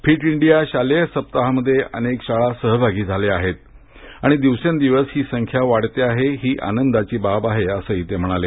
fit India शालेय सप्ताहामध्ये अनेक शाळा सहभागी झाल्या आहेत आणि दिवसेंदिवस ही संख्या वाढत आहे ही आनंदाची बाब आहे असंही ते म्हणाले